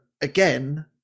again